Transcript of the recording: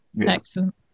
Excellent